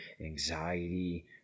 anxiety